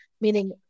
meaning